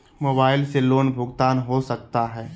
Mobile से loan भुगतान हो सकता है?